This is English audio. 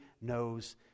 knows